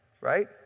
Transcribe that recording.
right